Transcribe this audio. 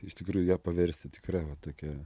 iš tikrųjų ją paversti tikra va tokia